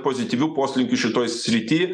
pozityvių poslinkių šitoj srity